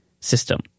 system